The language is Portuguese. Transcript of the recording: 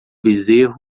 bezerro